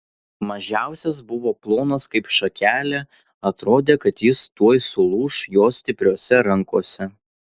mažiausias buvo plonas kaip šakelė atrodė kad jis tuoj sulūš jo stipriose rankose